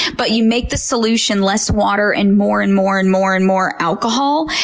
but you make the solution less water and more and more and more and more alcohol.